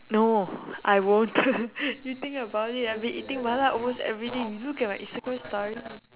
no I won't you think about it I've been eating mala almost everyday you look at my instagram story